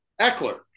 Eckler